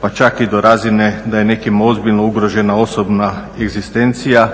pa čak i do razine da je nekima ozbiljno ugrožena osobna egzistencija,